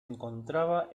encontraba